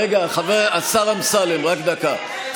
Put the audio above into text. רגע, השר אמסלם, רק דקה.